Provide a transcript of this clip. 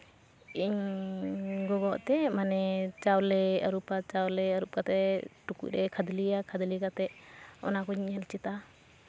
ᱤᱧ ᱜᱚᱜᱚᱛᱮ ᱢᱟᱱᱮ ᱪᱟᱣᱞᱮᱭ ᱟᱹᱨᱩᱵᱟ ᱪᱟᱣᱞᱮ ᱟᱹᱨᱩᱵ ᱠᱟᱛᱮᱜ ᱴᱩᱠᱩᱡ ᱨᱮ ᱠᱷᱟᱫᱽᱞᱮᱭᱟ ᱠᱷᱟᱫᱽᱞᱮ ᱠᱟᱛᱮᱜ ᱚᱱᱟ ᱠᱩᱧ ᱧᱮᱞ ᱪᱮᱫᱟ